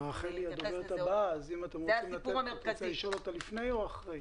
זה הסיפור המרכזי.